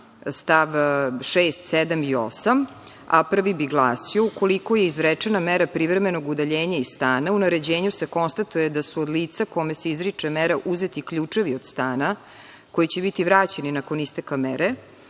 Stav 6, 7. i 8. a prvi bi glasio: „Ukoliko je izrečena mera privremenog udaljenja iz stana, u naređenju se konstatuje da su od lica kome se izriče mera uzeti ključevi od stana koji će biti vraćeni nakon isteka mere,